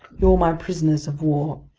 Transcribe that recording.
you're my prisoners of war!